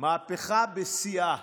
מהפכה בשיאה.